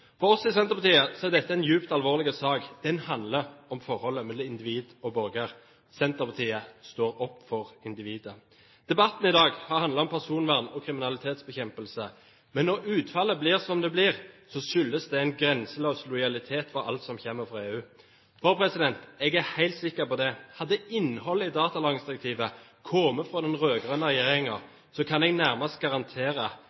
For oss i Senterpartiet er dette en dypt alvorlig sak. Den handler om forholdet mellom individ og borger. Senterpartiet står opp for individet. Debatten i dag har handlet om personvern og kriminalitetsbekjempelse. Men når utfallet blir som det blir, skyldes det en grenseløs lojalitet til alt som kommer fra EU. Jeg er helt sikker på at hvis innholdet i datalagringsdirektivet hadde kommet fra den